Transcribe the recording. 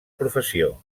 professió